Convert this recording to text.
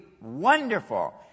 wonderful